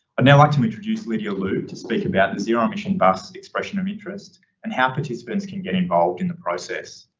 now i'd like to introduce lydia luo to speak about the zero mission busted expression of interest and how participants can get involved in the process.